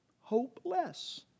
hopeless